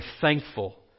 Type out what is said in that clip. thankful